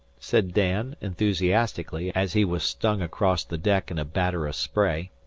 said dan enthusiastically, as he was slung across the deck in a batter of spray.